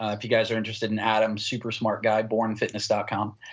if you guys are interested in adam's super smart guy bornfitness dot com.